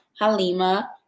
Halima